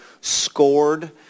scored